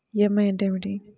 EMI అంటే ఏమిటి?